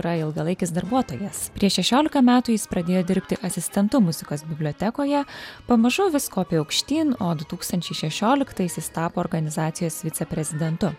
yra ilgalaikis darbuotojas prieš šešiolika metų jis pradėjo dirbti asistentu muzikos bibliotekoje pamažu vis kopė aukštyn o du tūkstančiai šešioliktaisiais tapo organizacijos viceprezidentu